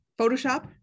Photoshop